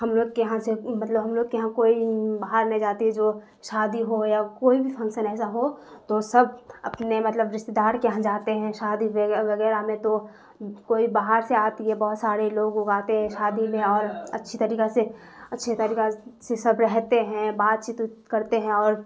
ہم لوگ کے یہاں سے مطلب ہم لوگ کے یہاں کوئی باہر نہیں جاتے جو شادی ہو یا کوئی بھی فنکشن ایسا ہو تو سب اپنے مطلب رستے دار کے یہاں جاتے ہیں شادی وغیرہ میں تو کوئی باہر سے آتی ہے بہت سارے لوگ ووگ آتے ہیں شادی میں اور اچھی طریقہ سے اچھے طریقہ سے سب رہتے ہیں بات چیت کرتے ہیں اور